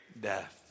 death